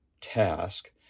task